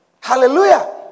Hallelujah